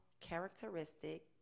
characteristic